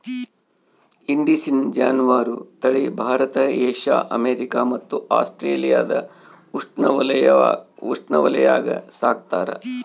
indicine ಜಾನುವಾರು ತಳಿ Bharat Asia America ಮತ್ತು ಆಸ್ಟ್ರೇಲಿಯಾದ ಉಷ್ಣವಲಯಾಗ ಸಾಕ್ತಾರ